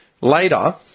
later